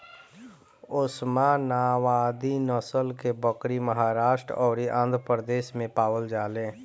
ओस्मानावादी नसल के बकरी महाराष्ट्र अउरी आंध्रप्रदेश में पावल जाले